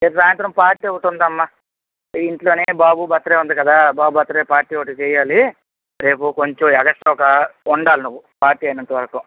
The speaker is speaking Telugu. రేపు సాయంత్రం పార్టీ ఒకటుందమ్మా ఈ ఇంట్లోనే బాబు బర్త్ డే ఉంది కదా బాబు బర్త్ డే పార్టీ ఒకటి చేయాలి రేపు కొంచెం ఎక్స్ట్రా ఒక ఉండాలి నువ్వు పార్టీ అయినంత వరకు